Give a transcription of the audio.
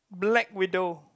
black widow